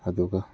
ꯑꯗꯨꯒ